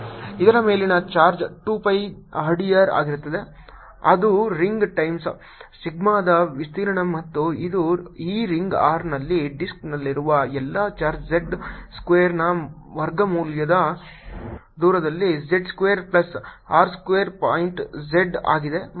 ಇದರ ಮೇಲಿನ charge 2 pi rdr ಆಗಿರುತ್ತದೆ ಅದು ರಿಂಗ್ ಟೈಮ್ಸ್ ಸಿಗ್ಮಾದ ವಿಸ್ತೀರ್ಣ ಮತ್ತು ಇದು ಈ ರಿಂಗ್ r ನಲ್ಲಿ ಡಿಸ್ಕ್ನಲ್ಲಿರುವ ಎಲ್ಲಾ ಚಾರ್ಜ್ z ಸ್ಕ್ವೇರ್ನ ವರ್ಗಮೂಲದ ದೂರದಲ್ಲಿ z square plus r square point z ಆಗಿದೆ